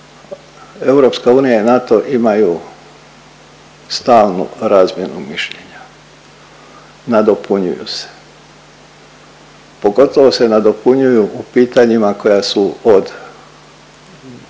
EU i NATO imaju stalnu razmjenu mišljenja, nadopunjuju se. Pogotovo se nadopunjuju po pitanjima koja su od